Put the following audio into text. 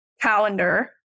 calendar